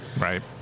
Right